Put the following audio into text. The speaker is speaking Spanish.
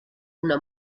una